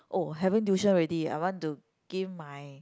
oh having tuition already I want to gain my